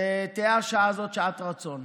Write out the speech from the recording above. שתהא השעה הזאת שעת רצון.